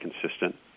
consistent